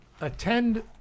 Attend